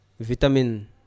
vitamin